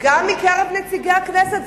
גם מקרב נציגי הכנסת,